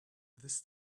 this